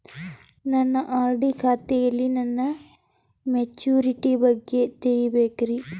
ನನ್ನ ಆರ್.ಡಿ ಖಾತೆಯಲ್ಲಿ ನನ್ನ ಮೆಚುರಿಟಿ ಬಗ್ಗೆ ತಿಳಿಬೇಕ್ರಿ